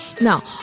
Now